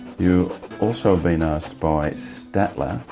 you've also been asked by staedtler,